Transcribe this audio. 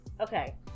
Okay